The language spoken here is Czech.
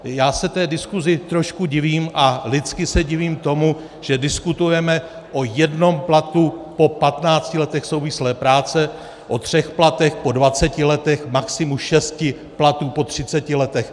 Já se té diskusi trošku divím a lidsky se divím tomu, že diskutujeme o jednom platu po 15 letech souvislé práce, o třech platech po 20 letech, maximu šesti platů po 30 letech.